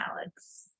Alex